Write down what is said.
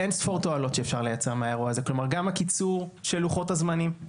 אינספור תועלות שאפשר לייצר מהאירוע הזה: גם הקיצור של לוחות הזמנים,